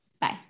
Bye